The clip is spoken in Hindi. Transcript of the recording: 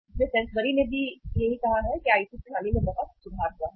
इसलिए सेन्सबरी ने यह भी कहा कि आईटी प्रणाली में बहुत सुधार हुआ है